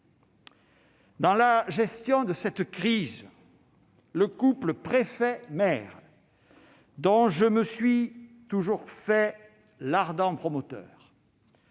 Dans la gestion de cette crise, le couple préfet-maire, dont je me suis toujours fait l'ardent promoteur,